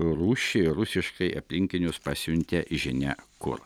rūsčiai rusiškai aplinkinius pasiuntė žinia kur